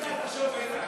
תחשוב, איתן,